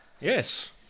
Yes